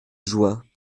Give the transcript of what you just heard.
joie